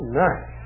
nice